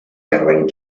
medaling